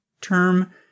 term